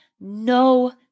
no